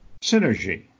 synergy